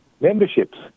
memberships